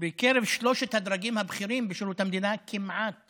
בקרב שלושת הדרגים הבכירים בשירות המדינה כמעט